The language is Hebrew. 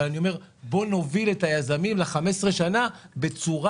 אבל אני אומר בוא נוביל את היזמים ל-15 שנה בצורה